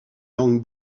langues